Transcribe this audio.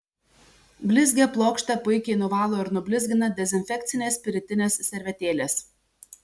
blizgią plokštę puikiai nuvalo ir nublizgina dezinfekcinės spiritinės servetėlės